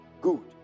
Good